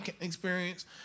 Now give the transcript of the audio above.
experience